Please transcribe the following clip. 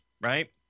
right